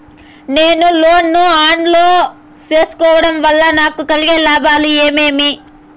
నేను లోను ను online లో సేసుకోవడం వల్ల నాకు కలిగే లాభాలు ఏమేమీ?